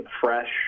fresh